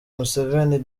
museveni